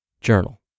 journal